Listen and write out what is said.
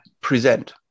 present